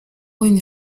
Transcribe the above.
une